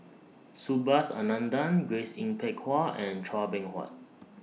Subhas Anandan Grace Yin Peck Ha and Chua Beng Huat